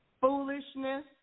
Foolishness